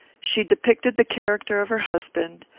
she depicted the character of her husband,